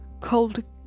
cold